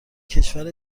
کشور